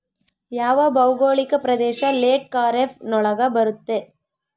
ಯಾವ ಭೌಗೋಳಿಕ ಪ್ರದೇಶ ಲೇಟ್ ಖಾರೇಫ್ ನೊಳಗ ಬರುತ್ತೆ?